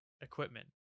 equipment